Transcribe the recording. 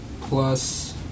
plus